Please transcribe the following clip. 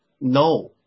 no